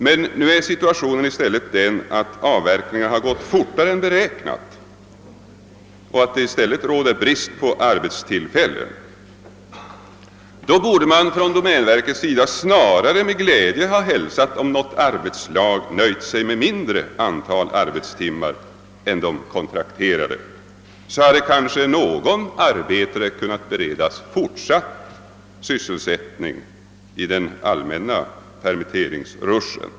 Men nu är situationen i stället den att avverkningarna har gått fortare än beräknat och att brist på arbetstillfällen råder. Då borde man ju från domänverkets sida snarare med glädje ha hälsat att något arbetslag nöjt sig med ett mindre antal arbetstimmar än vad som kontrakterats, så att därmed kanske någon arbetare ytterligare kunnat beredas fortsatt sysselsättning i den allmänna permitteringsrushen.